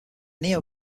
neo